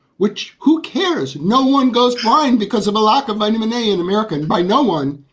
which who cares? no one goes blind because of a lack of money. many in american buy no one.